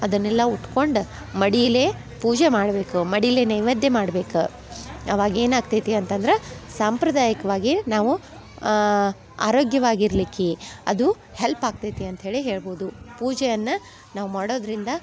ಅದನ್ನೆಲ್ಲ ಉಟ್ಕೊಂಡು ಮಡೀಲೇ ಪೂಜೆ ಮಾಡಬೇಕು ಮಡೀಲೇ ನೈವೇದ್ಯ ಮಾಡ್ಬೇಕು ಅವಾಗ ಏನು ಆಗ್ತೈತಿ ಅಂತಂದ್ರೆ ಸಾಂಪ್ರದಾಯಿಕ್ವಾಗಿ ನಾವು ಆರೋಗ್ಯವಾಗಿರ್ಲಿಕ್ಕೆ ಅದು ಹೆಲ್ಪ್ ಆಗ್ತೈತಿ ಅಂತ ಹೇಳಿ ಹೇಳ್ಬೋದು ಪೂಜೆಯನ್ನು ನಾವು ಮಾಡೋದರಿಂದ